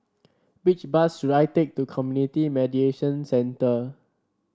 which bus should I take to Community Mediation Center